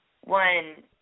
one